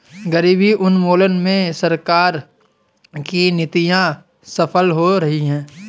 गरीबी उन्मूलन में सरकार की नीतियां सफल हो रही हैं